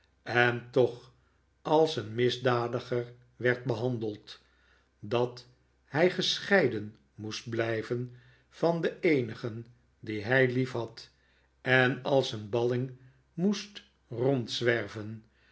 en toch als een misdadiger werd behandeld dat hij gescheiden moest blijven van de eenigen die hij liefhad en als een balling moest rondzwerven